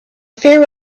fear